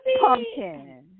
Pumpkin